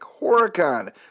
Horicon